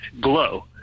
glow